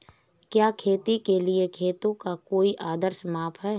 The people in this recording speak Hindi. क्या खेती के लिए खेतों का कोई आदर्श माप है?